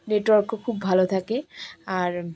নেটওয়ার্কও খুব ভালো থাকে আর